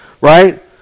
right